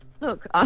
Look